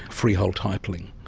freehold titling.